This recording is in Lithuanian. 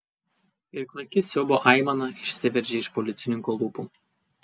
ir klaiki siaubo aimana išsiveržė iš policininko lūpų